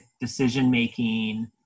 decision-making